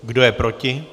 Kdo je proti?